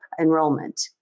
enrollment